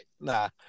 Nah